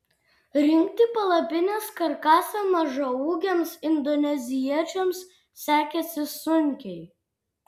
rinkti palapinės karkasą mažaūgiams indoneziečiams sekėsi sunkiai